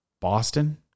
Boston